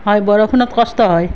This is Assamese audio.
হয় বৰষুণত কষ্ট হয়